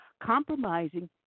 compromising